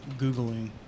Googling